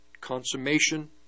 consummation